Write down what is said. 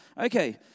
okay